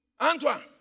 Antoine